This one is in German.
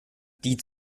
die